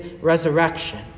resurrection